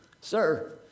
sir